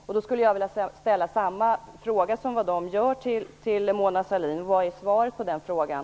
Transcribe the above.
Jag skulle vilja ställa samma fråga som de till Mona Sahlin: Vad är svaret på frågan?